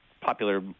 popular